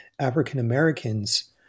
African-Americans